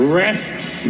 rests